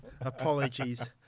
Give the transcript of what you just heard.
Apologies